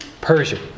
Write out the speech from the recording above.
Persian